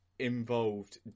involved